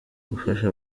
gufasha